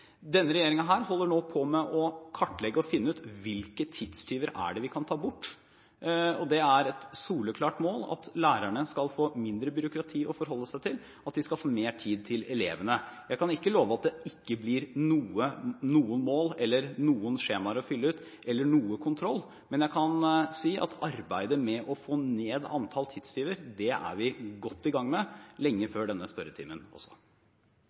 Denne regjeringen holder nå på med å kartlegge og finne ut hvilke tidstyver vi kan ta bort, og det er et soleklart mål at lærerne skal få mindre byråkrati å forholde seg til, og at de skal få mer tid til elevene. Jeg kan ikke love at det ikke blir noen mål, noen skjemaer å fylle eller noen kontroll, men jeg kan si at arbeidet med å få ned antallet tidstyver er vi godt i gang med, lenge før denne spørretimen også.